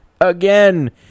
again